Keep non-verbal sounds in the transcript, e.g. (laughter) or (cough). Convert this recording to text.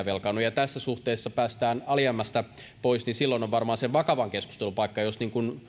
(unintelligible) velkaannu ja tässä suhteessa päästään alijäämästä pois silloin on varmaan sen vakavan keskustelun paikka jos